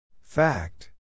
Fact